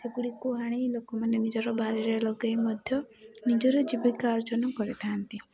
ସେଗୁଡ଼ିକୁ ଆଣି ଲୋକମାନେ ନିଜର ବାରିରେ ଲଗାଇ ମଧ୍ୟ ନିଜର ଜୀବିକା ଅର୍ଜନ କରିଥାଆନ୍ତି